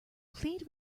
plead